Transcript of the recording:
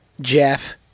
Jeff